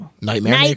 Nightmare